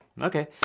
Okay